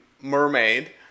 mermaid